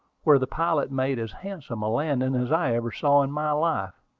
where the pilot made as handsome a landing as i ever saw in my life.